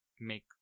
make